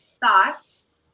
thoughts